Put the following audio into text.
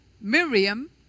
Miriam